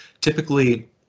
typically